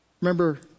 Remember